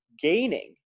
gaining